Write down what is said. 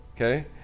okay